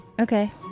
Okay